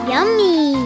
Yummy